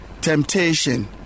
temptation